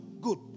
Good